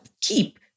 keep